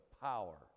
power